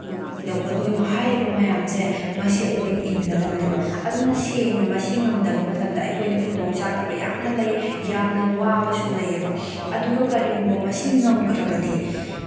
ꯍꯥꯏꯔꯤꯕ ꯃꯌꯥꯝꯁꯤ ꯃꯁꯤ ꯑꯩꯈꯣꯏꯅ ꯏꯟꯒꯗꯕꯅꯦꯕ ꯑꯗꯨꯅ ꯁꯦꯡꯅ ꯃꯁꯤ ꯉꯝꯗꯕ ꯃꯇꯝꯗ ꯈꯨꯗꯣꯡ ꯆꯥꯗꯕ ꯌꯥꯝꯅ ꯂꯩ ꯌꯥꯝꯅ ꯋꯥꯕꯁꯨ ꯂꯩꯌꯦꯕ ꯑꯗꯨꯒ ꯀꯔꯤꯒꯨꯝꯕ ꯃꯁꯤ ꯉꯝꯈ꯭ꯔꯕꯗꯤ